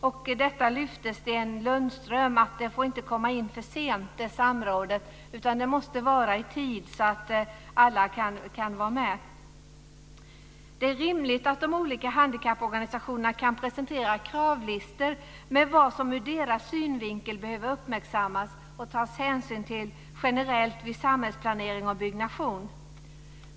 Sten Lundström lyfte fram att samrådet inte får komma in för sent, utan att det måste vara i tid så att alla kan vara med. Det är rimligt att de olika handikapporganisationerna kan presentera kravlistor med vad som ur deras synvinkel behöver uppmärksammas och tas hänsyn till generellt vid samhällsplanering och byggnation.